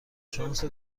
شانس